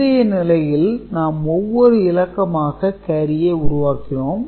முந்தைய நிலையில் நாம் ஒவ்வொரு இலக்கமாக கேரியை உருவாக்கினோம்